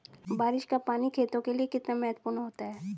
बारिश का पानी खेतों के लिये कितना महत्वपूर्ण होता है?